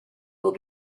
will